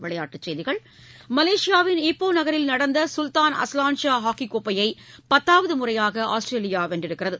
விளையாட்டுச்செய்திகள் மலேஷியாவின் ஈப்போ நகரில் நடந்த சுல்தான் அஸ்வான் ஷா ஹாக்கி கோப்பையை பத்தாவது முறையாக ஆஸ்திரேலியா வென்றுள்ளது